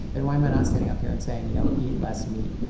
and why am i not standing up here and saying, you know, eat less meat?